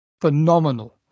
phenomenal